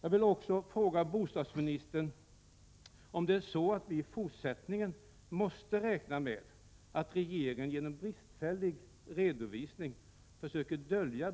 Jag vill också fråga bostadsministern om det är så att vi i fortsättningen måste räkna med att regeringen genom bristfällig redovisning försöker dölja